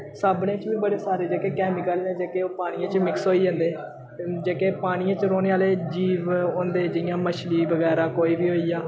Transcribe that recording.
साबने च बी बड़े सारे जेह्के कैमिकल न जेह्के ओह् पानियै च मिक्स होई जंदे जेह्के पानियै च रौह्ने आह्ले जीव होंदे जि'यां मछली बगैरा कोई बी होई गेआ